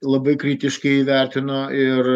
labai kritiškai įvertino ir